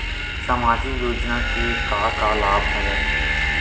सामाजिक योजना के का का लाभ हवय?